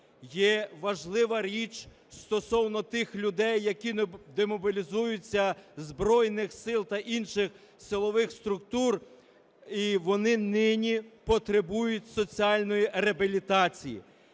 Є важлива річ стосовно тих людей, які демобілізуються з Збройних Сил та інших силових структур, і вони нині потребують соціальної реабілітації.